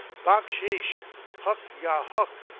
backsheesh huk yah huk!